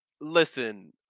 listen